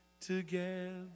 together